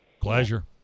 Pleasure